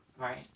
right